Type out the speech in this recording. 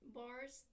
bars